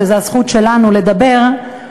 שזה הזכות שלנו לדבר,